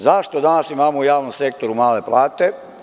Zašto danas imamo u javnom sektoru male plate?